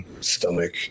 stomach